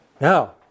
Now